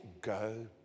go